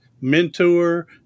mentor